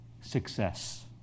Success